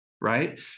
Right